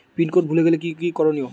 Pin code ভুলে গেলে কি কি করনিয়?